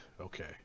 Okay